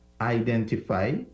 identify